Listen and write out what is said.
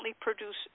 produce